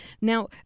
Now